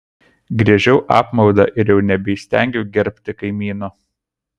giežiau apmaudą ir jau nebeįstengiau gerbti kaimyno